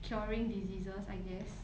curing diseases I guess